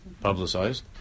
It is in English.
publicized